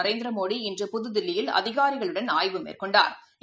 நரேந்திரமோடி இன்று புதுதில்லியில் அதிகாரிகளுடன் ஆய்வு மேற்கொண்டாா்